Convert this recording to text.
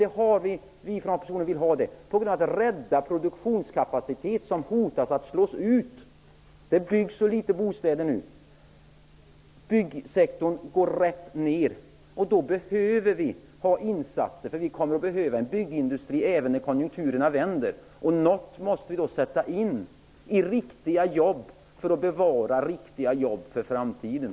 Det vill vi absolut ha för att rädda produktionskapaciteten, som hotar att slås ut. Det byggs för få bostäder nu. Byggsektorn går rätt ner. Då behövs insatser. Vi kommer att behöva en byggindustri även när konjunkturerna vänder. Något måste vi kunna sätta in för att bevara riktiga jobb för framtiden.